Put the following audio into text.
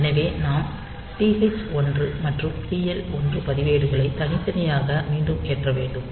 எனவே நாம் TH 1 மற்றும் TL 1 பதிவேடுகளை தனித்தனியாக மீண்டும் ஏற்ற வேண்டும்